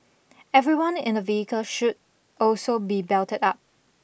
everyone in a vehicle should also be belted up